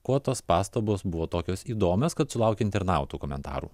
kuo tos pastabos buvo tokios įdomios kad sulaukė internautų komentarų